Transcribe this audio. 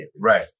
right